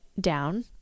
down